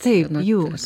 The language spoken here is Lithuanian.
taip jūs